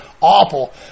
Awful